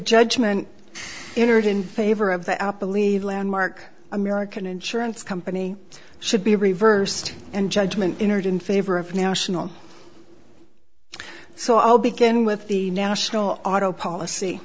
judgment entered in favor of the apple leave landmark american insurance company should be reversed and judgment entered in favor of national so i'll begin with the national auto policy